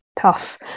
tough